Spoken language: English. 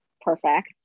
Perfect